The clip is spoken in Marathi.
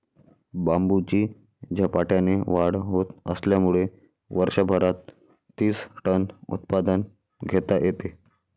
बांबूची झपाट्याने वाढ होत असल्यामुळे वर्षभरात तीस टन उत्पादन घेता येते